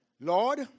Lord